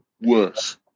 worse